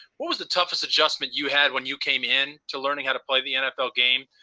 what was the toughest adjustment you had when you came in to learning how to play the nfl game?